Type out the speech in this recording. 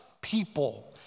people